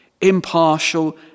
impartial